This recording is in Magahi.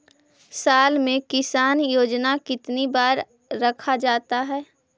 साल में किसान योजना कितनी बार रखा जाता है?